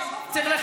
קטיף.